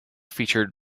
featured